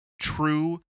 true